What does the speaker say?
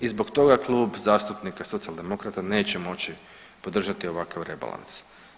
I zbog toga Klub zastupnika Socijaldemokrata neće moći podržati ovakav rebalas.